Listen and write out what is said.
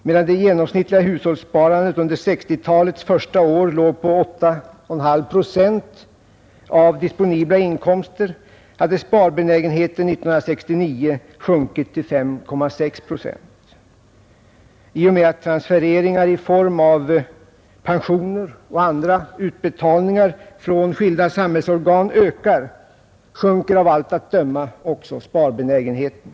Medan det genomsnittliga hushållssparandet under 1960-talets första år låg på 8,5 procent av disponibla inkomster hade sparbenägenheten år 1969 sjunkit till 5,6 procent. I och med att transfereringar i form av pensioner och andra utbetalningar från skilda samhällsorgan ökar sjunker av allt att döma också sparbenägenheten.